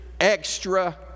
extra